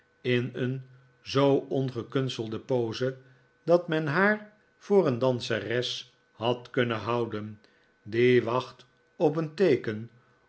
in een zoo ongekunstelde pose dat men haar voor een danseres had kunrien houden die wacht op een teeken